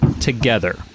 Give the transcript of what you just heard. Together